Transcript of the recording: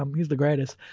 um he's the greatest.